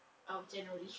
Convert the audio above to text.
err january